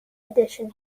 edition